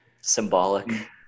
Symbolic